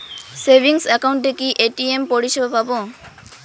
Savings একাউন্টে কি ATM পরিসেবা পাব?